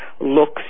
looks